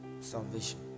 salvation